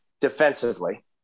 defensively